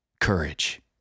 courage